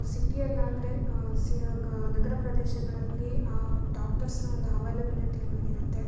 ಸಿಟಿಯಲ್ಲಾದರೆ ಸಿ ಗ ನಗರ ಪ್ರದೇಶಗಳಲ್ಲಿ ಡಾಕ್ಟರ್ಸ್ನ ಒಂದು ಹವೈಲೇಬಿಲಿಟಿ ಅನ್ನೋದಿರುತ್ತೆ